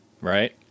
Right